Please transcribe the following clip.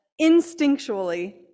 instinctually